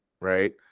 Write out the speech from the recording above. right